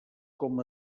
com